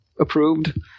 approved